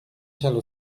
tell